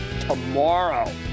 tomorrow